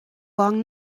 long